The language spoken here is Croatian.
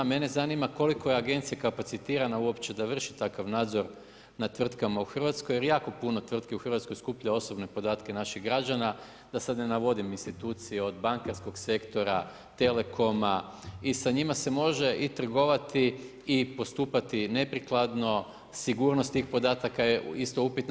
Mene zanima koliko je agencija kapacitirana uopće da vrši takav nadzor nad tvrtkama u RH jer jako puno tvrtki u RH skuplja osobne podatke naših građana, da sad ne navodim institucije od bankarskog sektora, telekoma i sa njima se može i trgovati i postupati neprikladno, sigurnost tih podataka je isto upitna.